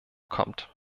kommt